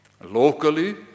locally